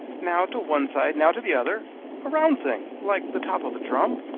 now to one side, now to the other a round thing like the top of a drum?